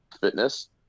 fitness